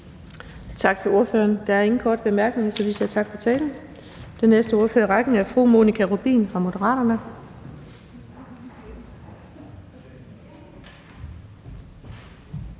Tak til ordføreren. Der er ingen korte bemærkninger, så vi siger tak for talen. Den næste i rækken er fru Monika Rubin fra Moderaterne.